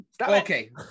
Okay